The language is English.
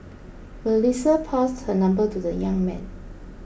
Melissa passed her number to the young man